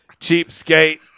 cheapskate